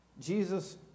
Jesus